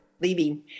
leaving